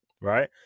right